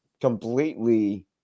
completely